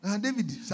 David